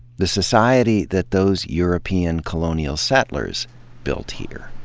the society that those european colonial settlers built here.